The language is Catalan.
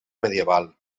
medieval